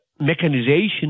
mechanization